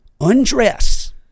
undress